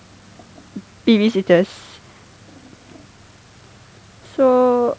babysitters so